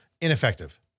ineffective